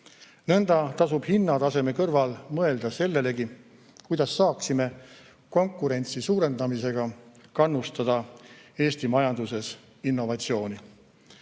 Nõnda tuleks hinnataseme kõrval mõelda sellelegi, kuidas saaksime konkurentsi suurendamisega kannustada Eesti majanduses innovatsiooni.